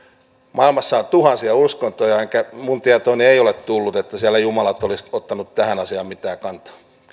maailmassa on tuhansia uskontoja minun tietooni ei ole tullut että siellä jumalat olisivat ottaneet tähän asiaan mitään kantaa